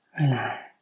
Relax